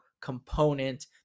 component